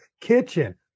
Kitchen